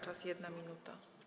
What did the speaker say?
Czas - 1 minuta.